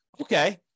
Okay